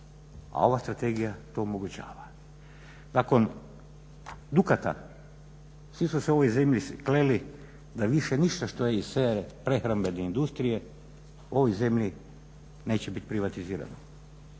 a ova strategija to omogućava. Nakon Dukata svi su se u ovoj zemlji kleli da više ništa što je iz sfere prehrambene industrije u ovoj zemlji neće biti privatizirano